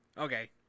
Okay